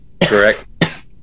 Correct